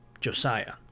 Josiah